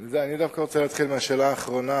אני רוצה דווקא להתחיל מהשאלה האחרונה,